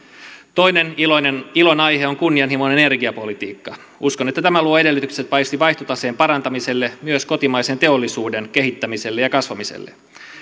toinen ilonaihe on kunnianhimoinen energiapolitiikka uskon että tämä luo edellytykset paitsi vaihtotaseen parantamiselle myös kotimaisen teollisuuden kehittämiselle ja kasvamiselle